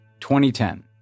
2010